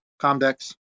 Comdex